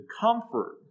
comfort